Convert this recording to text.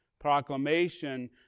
Proclamation